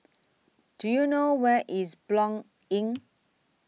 Do YOU know Where IS Blanc Inn